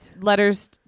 letters